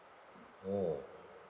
mm